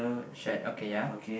a shed okay ya